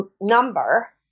number